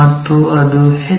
ಮತ್ತು ಅದು ಎಚ್